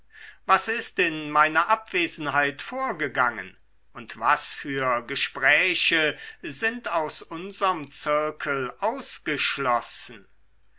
was ist in meiner abwesenheit vorgegangen und was für gespräche sind aus unserm zirkel ausgeschlossen